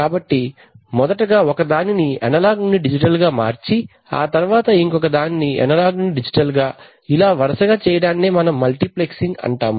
కాబట్టి మొదటగా ఒకదానిని అనాలాగ్ నుండి డిజిటల్ గా మార్చి ఆ తరువాత ఇంకోక దానిని అనాలాగ్ నుండి డిజిటల్ గా ఇలా వరసగా చేయడాన్నే మల్టీప్లెక్సింగ్ అంటాము